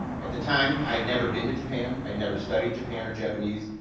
at the time, i'd never been to japan. i'd never studied japan or japanese.